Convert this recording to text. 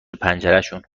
پنجرشون